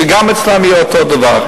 שגם אצלם יהיה אותו דבר.